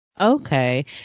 okay